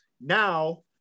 now